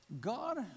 God